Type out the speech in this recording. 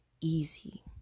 easy